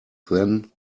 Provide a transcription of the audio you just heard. then